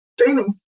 streaming